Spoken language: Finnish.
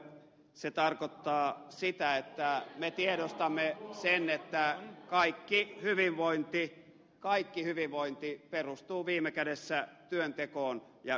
se tarkoittaa sitä että me tiedostamme sen että kaikki hyvinvointi perustuu viime kädessä työntekoon ja yrittäjyyteen